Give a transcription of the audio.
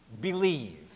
believe